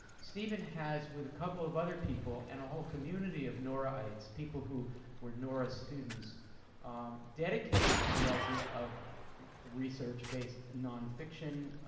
stephen has with a couple of other people and a whole community of nora-ites, people who were nora students dedicated to the idea of research-based nonfiction,